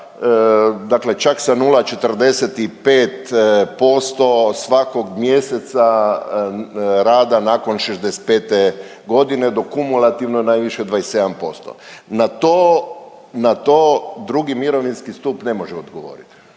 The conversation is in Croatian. dakle čak sa 0,45% svakog mjeseca rada nakon 65.g. do kumulativno najviše 27%. Na to, na to II. mirovinski stup ne može odgovorit,